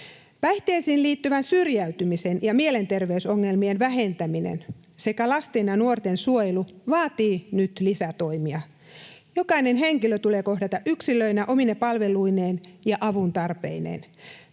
Päihteisiin liittyvän syrjäytymisen ja mielenterveysongelmien vähentäminen sekä lasten ja nuorten suojelu vaativat nyt lisätoimia. Jokainen henkilö tulee kohdata yksilöinä, omine palveluineen ja avun tarpeineen.